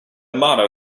motto